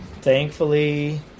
thankfully